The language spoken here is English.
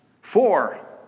Four